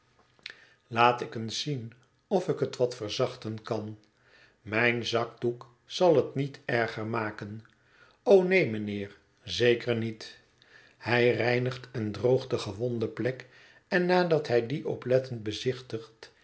laat ik eens zien of ik het wat verzachten kan mijn zakdoek zal het niet erger maken o neen mijnheer zeker niet hij reinigt en droogt de gewonde plek en nadat hij die oplettend bezichtigd